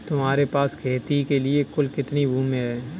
तुम्हारे पास खेती के लिए कुल कितनी भूमि है?